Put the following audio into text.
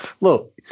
look